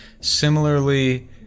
Similarly